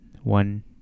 one